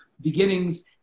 beginnings